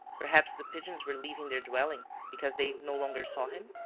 perhaps the pigeons were leaving their dwelling because they no longer saw him?